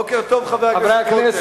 בוקר טוב, חבר הכנסת רותם.